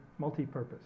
multipurpose